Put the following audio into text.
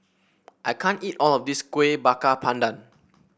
I can't eat all of this Kueh Bakar Pandan